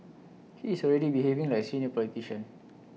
he is already behaving like senior politician